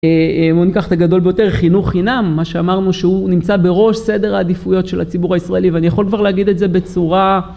בואו ניקח את הגדול ביותר חינוך חינם מה שאמרנו שהוא נמצא בראש סדר העדיפויות של הציבור הישראלי, ואני יכול כבר להגיד את זה בצורה